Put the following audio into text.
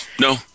no